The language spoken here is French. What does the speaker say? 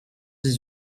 dix